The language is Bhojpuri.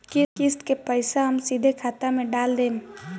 किस्त के पईसा हम सीधे खाता में डाल देम?